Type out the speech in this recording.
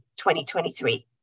2023